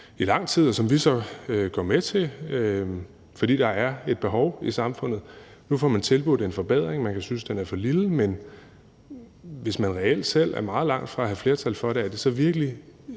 i lang tid, og som vi så går med til, fordi der er et behov for det i samfundet. Nu får man tilbudt en forbedring, og man kan synes, den er for lille, men hvis man reelt selv er meget langt fra at have et flertal for det, er det så virkelig